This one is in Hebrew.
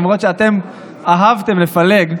למרות שאתם אהבתם לפלג,